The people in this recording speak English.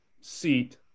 seat